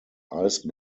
ice